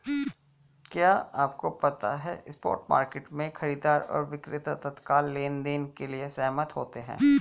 क्या आपको पता है स्पॉट मार्केट में, खरीदार और विक्रेता तत्काल लेनदेन के लिए सहमत होते हैं?